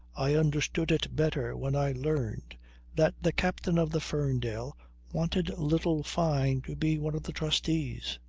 i understood it better when i learned that the captain of the ferndale wanted little fyne to be one of the trustees.